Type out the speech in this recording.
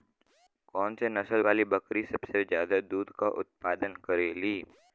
कौन से नसल वाली बकरी सबसे ज्यादा दूध क उतपादन करेली?